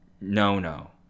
no-no